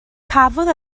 cafodd